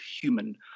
human